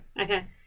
okay